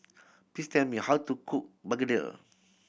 please tell me how to cook begedil